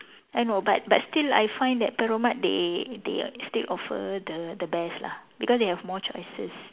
I know but but still I find that perromart they they still offer the the best lah because they have more choices